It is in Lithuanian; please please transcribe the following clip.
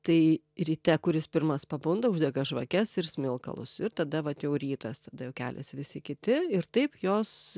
tai ryte kuris pirmas pabunda uždega žvakes ir smilkalus ir tada vat jau rytas tada jau keliasi visi kiti ir taip jos